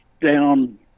down